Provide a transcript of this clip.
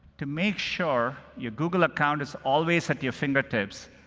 to make sure your google account is always at your fingertips,